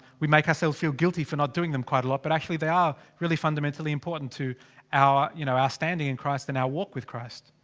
we make ourself feel guilty for not doing them quite a lot but actually they are. really fundamentally important to our you know our standing in christ and our walk with christ.